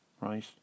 right